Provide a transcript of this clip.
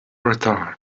return